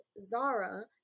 Zara